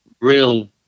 real